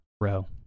row